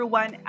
one